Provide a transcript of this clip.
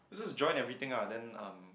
just join everything ah then um